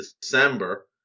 December